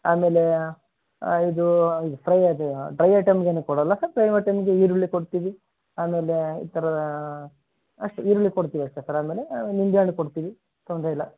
ಆಮೇಲೆ ಇದು ಫ್ರೈ ಅದು ಡ್ರೈ ಐಟಮ್ಗೆ ಏನೂ ಕೊಡೋಲ್ಲ ಐಟಮ್ಗೆ ಈರುಳ್ಳಿ ಕೊಡ್ತೀವಿ ಆಮೇಲೆ ಈ ಥರ ಅಷ್ಟೇ ಈರುಳ್ಳಿ ಕೊಡ್ತೀವಿ ಅಷ್ಟೇ ಸರ್ ಆಮೇಲೆ ನಿಂಬೆ ಹಣ್ ಕೊಡ್ತೀವಿ ತೊಂದರೆ ಇಲ್ಲ